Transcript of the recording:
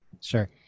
Sure